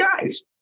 guys